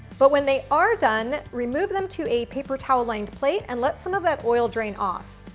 but when they are done, remove them to a paper-towel-lined plate and let some of that oil drain off.